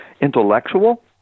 intellectual